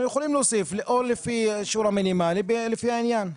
יכולים להוסיף או לפי השיעור המינימלי לפי העניין.